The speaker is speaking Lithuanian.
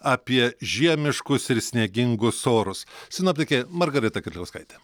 apie žiemiškus ir sniegingus orus sinoptikė margarita kirkliauskaitė